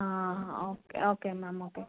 ആ ആ okay okay ma'am okay